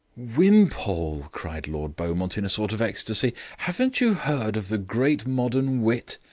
wimpole! cried lord beaumont, in a sort of ecstasy. haven't you heard of the great modern wit?